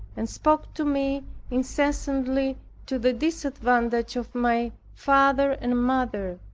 and spoke to me incessantly to the disadvantage of my father and mother.